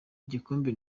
igikombe